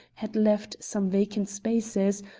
had left some vacant spaces,